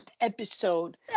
episode